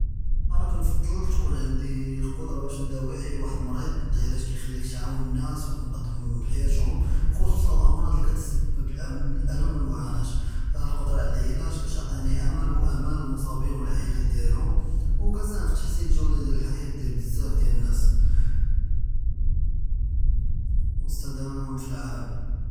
אַנָא כַּנְפַדֵּל תְּקוּן עַנְדִי קֻדְרַה בַּאש נְדַאוִי אִי וַחַד מְרִיד לְעִלַאג יְחַלִּיךְ תְּעַוֵּן נַאס תְּנַקֵּד חַיַאתְהוּם חֻסּוּסַן אַמְרַאד כַּתְסַבַּב אַלַם וְאֶלְמֻעַאנָה, אֶלְקֻדְרַה עַל אֶלְעִלַאג בַּאש תְּעְטִינִי אֱמֶל וְאַמָאל מֻצָּאבִין וְעַאִילַה דִּיַאלְהוּם כַּנְסַהֵם פִּי תַּחְסִין גּוּדַאת חַיַאת דִּיַאל בְּזַאף נַאס וְאֶסְתִידַאמָה פִּי עָלַם.